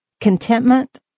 contentment